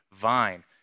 vine